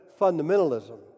fundamentalism